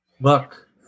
Look